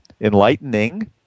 enlightening